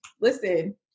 listen